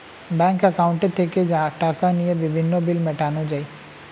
bank অ্যাকাউন্টে থেকে টাকা নিয়ে বিভিন্ন বিল মেটানো যায়